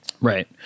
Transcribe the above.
Right